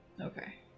Okay